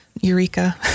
Eureka